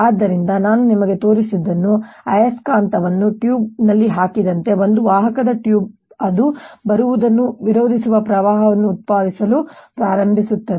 ಆದ್ದರಿಂದ ನಾನು ನಿಮಗೆ ತೋರಿಸಿದ್ದು ಆಯಸ್ಕಾಂತವನ್ನು ಟ್ಯೂಬ್ನಲ್ಲಿ ಹಾಕಿದಂತೆ ಒಂದು ವಾಹಕ ಟ್ಯೂಬ್ ಅದು ಬರುವುದನ್ನು ವಿರೋಧಿಸುವ ಪ್ರವಾಹವನ್ನು ಉತ್ಪಾದಿಸಲು ಪ್ರಾರಂಭಿಸುತ್ತದೆ